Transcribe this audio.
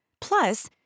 plus